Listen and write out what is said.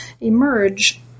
emerge